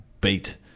beat